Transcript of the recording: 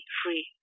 free